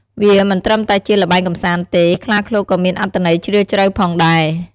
វាមិនត្រឹមតែជាល្បែងកម្សាន្តទេ ខ្លាឃ្លោកក៏មានអត្ថន័យជ្រាលជ្រៅផងដែរ។